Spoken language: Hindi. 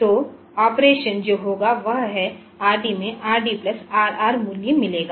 तो ऑपरेशन जो होगा वह है Rd में Rd प्लस Rr मूल्य मिलेगा